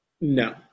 No